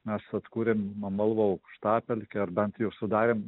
mes atkūrėm amalvo aukštapelkę ar bent jau sudarėm